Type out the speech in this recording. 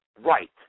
right